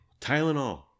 Tylenol